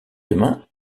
demain